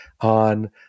on